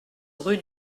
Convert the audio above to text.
rue